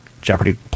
Jeopardy